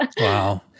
Wow